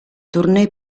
tournée